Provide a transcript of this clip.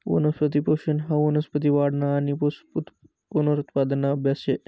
वनस्पती पोषन हाऊ वनस्पती वाढना आणि पुनरुत्पादना आभ्यास शे